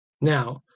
Now